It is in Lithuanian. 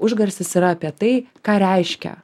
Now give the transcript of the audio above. užgarsis yra apie tai ką reiškia